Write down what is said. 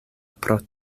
pro